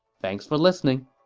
thanks for listening!